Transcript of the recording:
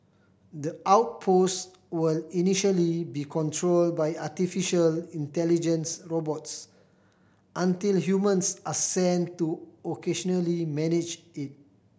the outpost will initially be controlled by artificial intelligence robots until humans are sent to occasionally manage it